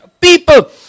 people